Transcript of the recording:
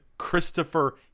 christopher